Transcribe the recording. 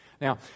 Now